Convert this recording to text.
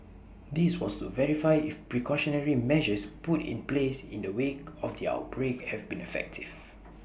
this was to verify if precautionary measures put in place in the wake of the outbreak have been effective